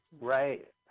Right